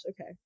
Okay